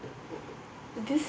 is this